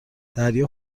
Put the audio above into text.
دریا